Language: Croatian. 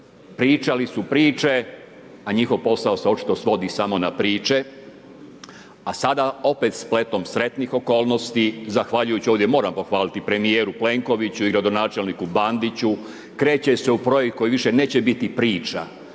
pričali su priče a njihov posao se očito svodi na priče a sada opet spletom sretnih okolnosti, zahvaljujući ovdje moram pohvaliti premijeru Plenkoviću i gradonačelniku Bandiću kreće se u projekt koji više neće biti priča.